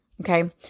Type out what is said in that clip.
Okay